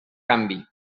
canvi